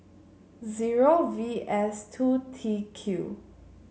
zero V S two T Q